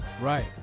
Right